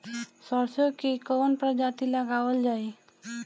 सरसो की कवन प्रजाति लगावल जाई?